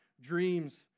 dreams